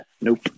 Nope